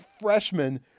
freshman